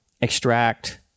extract